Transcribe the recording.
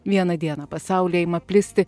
vieną dieną pasaulyje ima plisti